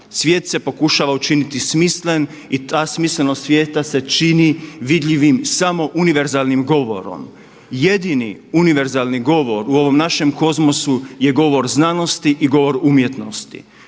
Svijet se pokušava učiniti smislen i ta smislenost svijeta se čini vidljivim samo univerzalnim govorom. Jedini univerzalni govor u ovom našem kozmosu je govor znanosti i govor umjetnosti.